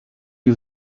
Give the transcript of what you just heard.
you